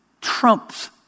trumps